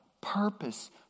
purpose